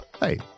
Hey